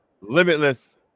limitless